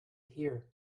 hear